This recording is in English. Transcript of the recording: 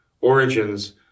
origins